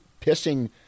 pissing